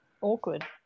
awkward